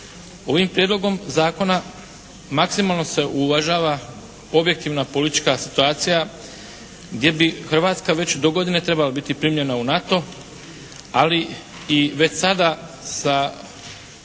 Ovim prijedlogom zakona maksimalno se uvažava objektivna politička situacija gdje bi Hrvatska već do godine trebala biti primljena u NATO ali i već sada sa